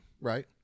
right